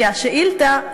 כי השאילתה,